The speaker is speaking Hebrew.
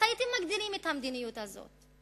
איך הייתם מגדירים את המדיניות הזאת?